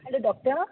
hello doctor